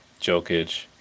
Jokic